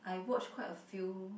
I watch quite a few